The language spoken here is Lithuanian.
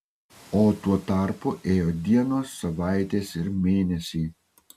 o tuo tarpu ėjo dienos savaitės ir mėnesiai